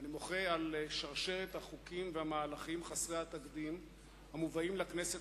אני מוחה על שרשרת החוקים והמהלכים חסרי התקדים המובאים לכנסת